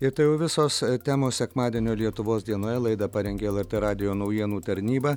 ir tai jau visos temos sekmadienio lietuvos dienoje laidą parengė lrt radijo naujienų tarnyba